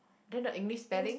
then the English spelling